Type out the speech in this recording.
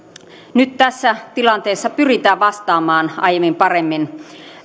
nyt tässä tilanteessa pyritään vastaamaan aiempaa paremmin